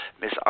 Miss